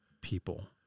people